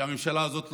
כי הממשלה הזאת,